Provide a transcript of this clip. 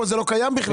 פה זה לא קיים בכלל.